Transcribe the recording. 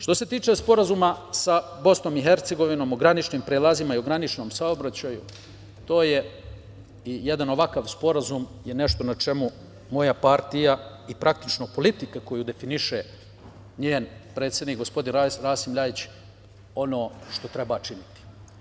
Što se tiče Sporazuma sa BiH o graničnim prelazima i o graničnom saobraćaju, to je, jedan ovakav sporazum je nešto na čemu moja partija i praktično politika koju definiše njen predsednik, gospodin Rasim Ljajić, ono što treba činiti.